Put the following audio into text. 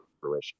fruition